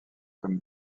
comme